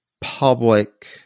public